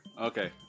Okay